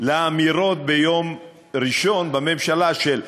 לאמירות ביום ראשון בממשלה של,